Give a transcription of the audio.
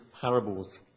parables